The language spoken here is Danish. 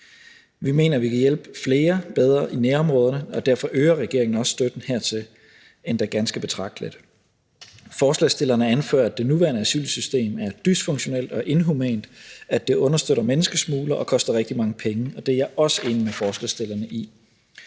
Vi mener, vi kan hjælpe flere og bedre i nærområderne, og derfor øger regeringen også støtten hertil, endda ganske betragteligt. Forslagsstillerne anfører, at det nuværende asylsystem er dysfunktionelt og inhumant, at det understøtter menneskesmuglere, og at det koster rigtig mange penge, og det er jeg også enig med forslagsstillerne i.